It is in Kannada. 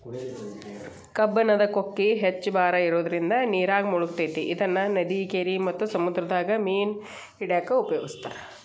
ಕಬ್ಬಣದ ಕೊಕ್ಕಿ ಹೆಚ್ಚ್ ಭಾರ ಇರೋದ್ರಿಂದ ನೇರಾಗ ಮುಳಗತೆತಿ ಇದನ್ನ ನದಿ, ಕೆರಿ ಮತ್ತ ಸಮುದ್ರದಾಗ ಮೇನ ಹಿಡ್ಯಾಕ ಉಪಯೋಗಿಸ್ತಾರ